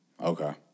Okay